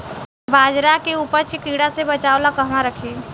बाजरा के उपज के कीड़ा से बचाव ला कहवा रखीं?